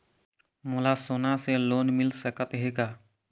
मोला सोना से लोन मिल सकत हे का?